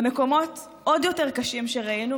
במקומות עוד יותר קשים שראינו,